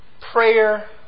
Prayer